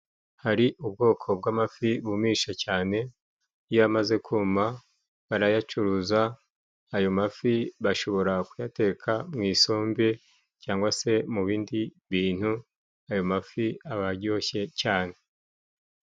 Hari ubwoko bw'amafi bumisha cyane, iyo amaze kuma barayacuruza. Ayo mafi, bashobora kuyateka mu isombe cyangwa se mu bindi bintu. Ayo mafi aba aryoshye cyane.